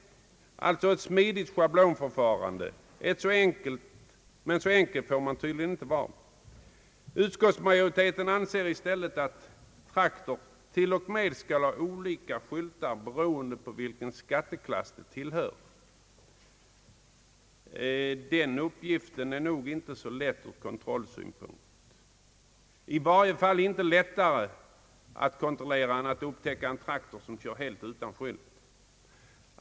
Det vore alltså ett smidigt schablonförfarande, men så enkelt får det tydligen inte vara. Utskottsmajoriteten anser i stället att traktorer till och med skall ha olika skyltar beroende på vilken skatteklass de tillhör. Ur kontrollsynpunkt är nog det inte särskilt lämpligt. I varje fall är det inte lättare att kontrollera än att upptäcka en traktor som kör helt utan skylt.